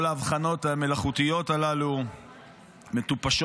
כל ההבחנות המלאכותיות הללו מטופשות,